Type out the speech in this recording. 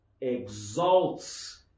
exalts